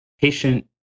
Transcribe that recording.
patient